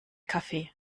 kaffee